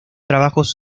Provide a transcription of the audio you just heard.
trabajos